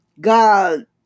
God